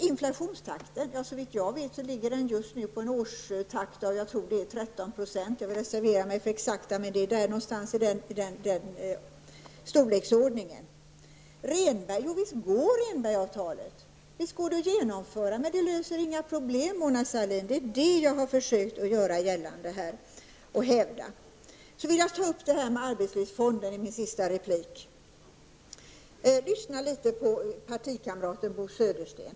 Inflationstakten ligger såvitt jag vet nu på 13 % på årsbasis -- jag vill reservera mig för den exakta siffran, men det är någonstans i den storleksordningen. Visst går det att genomföra Rehnbergsavtalet, men det löser inga problem, och det är det jag har försökt göra gällande. Så vill jag ta upp arbetslivsfonden i min sista replik. Lyssna litet på partikamraten Bo Södersten.